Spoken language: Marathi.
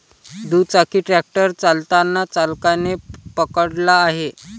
दुचाकी ट्रॅक्टर चालताना चालकाने पकडला आहे